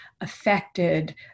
affected